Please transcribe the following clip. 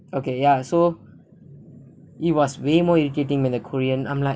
okay ya so it was way more irritating when the korean I'm like